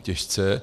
Těžce.